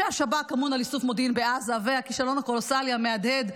השב"כ אמון על איסוף מודיעין בעזה והכישלון הקולוסלי המהדהד,